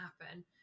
happen